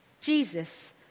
Jesus